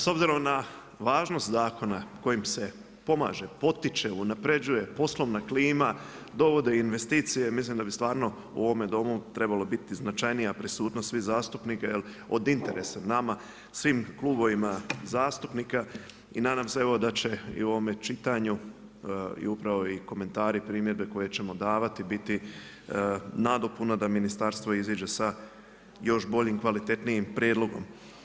S obzirom na važnost zakona kojim se pomaže, potiče, unapređuje poslovna klima dovode investicije, mislim da bi stvarno u ovome Domu trebalo biti značajnija prisutnost svih zastupnika jer od interesa je nama, svim klubovima zastupnika i nadam se evo da će i u ovome čitanju i upravo i komentari, primjedbe koje ćemo davati biti nadopuna da ministarstvo iziđe sa još boljim, kvalitetnijim prijedlogom.